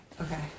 Okay